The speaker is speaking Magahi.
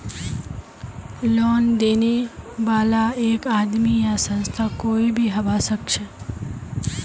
लोन देने बाला एक आदमी या संस्था कोई भी हबा सखछेक